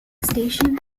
station